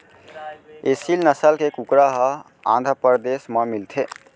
एसील नसल के कुकरा ह आंध्रपरदेस म मिलथे